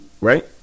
Right